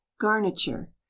garniture